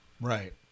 Right